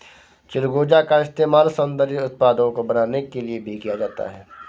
चिलगोजा का इस्तेमाल सौन्दर्य उत्पादों को बनाने के लिए भी किया जाता है